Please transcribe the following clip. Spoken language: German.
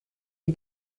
die